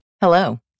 Hello